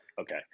Okay